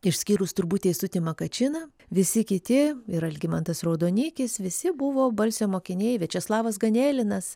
išskyrus turbūt teisutį makačiną visi kiti ir algimantas raudonikis visi buvo balsio mokiniai večeslavas ganelinas